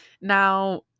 Now